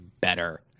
better